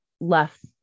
left